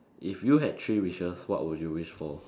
if you had three wishes what would you wish for